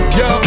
yo